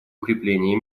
укрепление